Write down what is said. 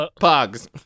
pogs